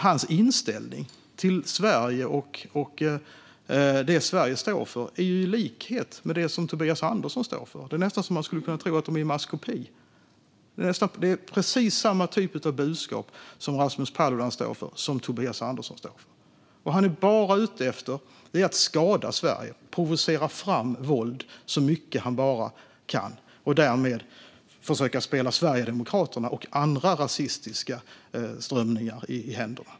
Hans inställning till Sverige och det Sverige står för är i likhet med det som Tobias Andersson står för. Det är nästan så att man skulle kunna tro att de är i maskopi. Det är precis samma typ av budskap som Rasmus Paludan står för som Tobias Andersson står för. Han är bara ute efter att skada Sverige och provocera fram våld så mycket han bara kan och därmed försöka spela Sverigedemokraterna och andra rasistiska strömningar i händerna.